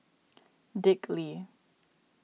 Dick Lee